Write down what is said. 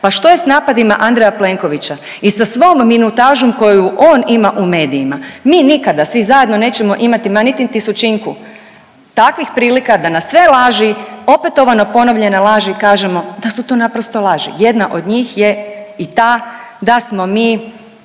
Pa što je s napadima Andreja Plenkovića i sa svom minutažom koju on ima u medijima. Mi nikada svi zajedno nećemo imati ma niti tisućinku takvih prilika da na sve laži, opetovano ponovljene laži kažemo da su to naprosto laži. Jedna od njih je i ta da smo mi